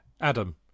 Adam